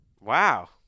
Wow